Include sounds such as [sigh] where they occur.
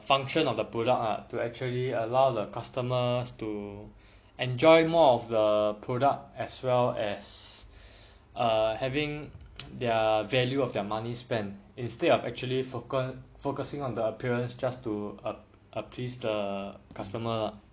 function of the product ah to actually allow the customers to enjoy more of the product as well as err having [noise] their value of their money spent instead of actually focus focusing on the appearance just to ap~ uh please the customer lah